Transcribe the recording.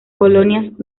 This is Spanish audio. colonias